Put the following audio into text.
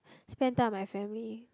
spend time with my family